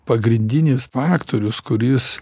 pagrindinis faktorius kuris